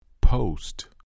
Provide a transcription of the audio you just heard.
Post